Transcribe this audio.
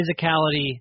physicality